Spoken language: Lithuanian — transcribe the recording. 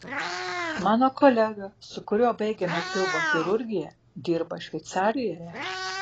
mano kolega su kuriuo baigėme pilvo chirurgiją dirba šveicarijoje